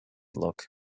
look